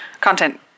content